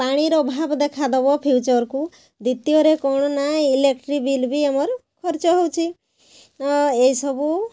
ପାଣିର ଅଭାବ ଦେଖା ଦବ ଫ୍ୟୁଚର୍କୁ ଦ୍ୱିତୀୟରେ କ'ଣ ନା ଇଲେକ୍ଟ୍ରିକ୍ ବିଲ୍ ବି ଆମର ଖର୍ଚ୍ଚ ହଉଛି ଓ ଏଇ ସବୁ